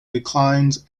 declines